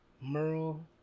Merle